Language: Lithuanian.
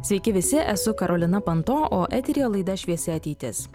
sveiki visi esu karolina panto o eteryje laida šviesi ateitis